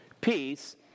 Peace